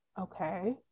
okay